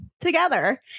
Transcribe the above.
together